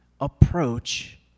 approach